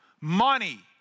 money